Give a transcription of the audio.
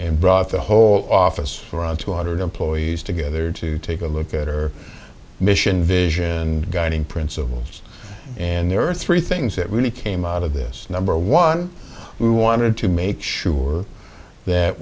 and brought the whole office around two hundred employees together to take a look at our mission vision and guiding principles and there are three things that really came out of this number one we wanted to make sure that